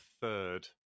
third